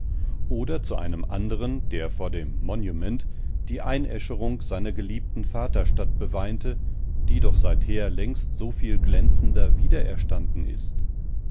oder zu einem anderen der vor dem monument die einäscherung seiner geliebten vaterstadt beweinte die doch seither längst soviel glänzender wiedererstanden ist